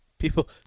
People